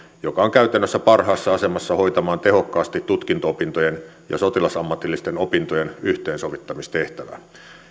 joka on käytännössä parhaassa asemassa hoitamaan tehokkaasti tutkinto opintojen ja sotilasammatillisten opintojen yhteensovittamistehtävää